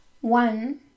one